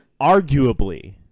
Arguably